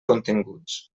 continguts